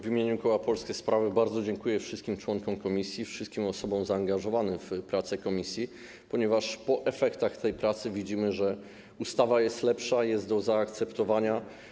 W imieniu koła Polskie Sprawy bardzo dziękuję wszystkim członkom komisji, wszystkim osobom zaangażowanym w pracę komisji, ponieważ po efektach tej pracy widzimy, że ustawa jest lepsza, jest do zaakceptowania.